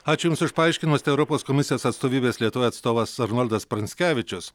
ačiū jums už paaiškinimus tai europos komisijos atstovybės lietuvoje atstovas arnoldas pranckevičius